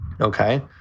Okay